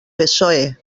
psoe